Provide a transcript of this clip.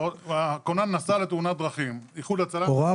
הכונן נסע לתאונת דרכים -- הוראה